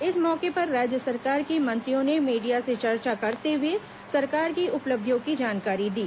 इस मौके पर राज्य सरकार के मंत्रियों ने मीडिया से चर्चा करते हुए सरकार की उपलब्धियों की जानकारी दी